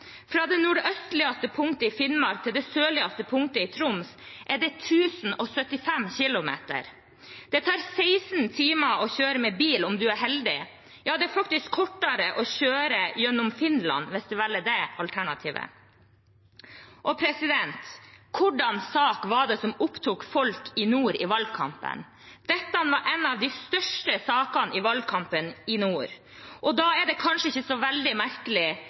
det 1 075 km. Det tar 16 timer å kjøre med bil – om man er heldig. Ja, det er faktisk kortere å kjøre gjennom Finland, hvis man velger det alternativet. Hvilken sak var det som opptok folk i nord i valgkampen? Dette var en av de største sakene i valgkampen i nord, og da er det kanskje ikke så veldig merkelig